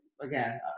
again